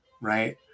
right